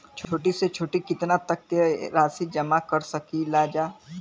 छोटी से छोटी कितना तक के राशि जमा कर सकीलाजा?